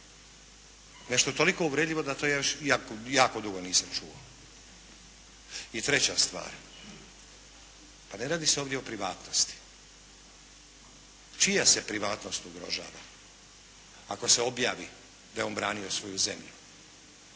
nešto toliko uvredljivo da to jako dugo nisam čuo. I treća stvar, pa ne radi se ovdje o privatnosti. Čija se privatnost ugrožava ako se objavi da je on branio svoju zemlju?